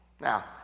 Now